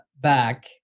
back